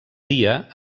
dia